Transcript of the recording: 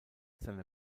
seine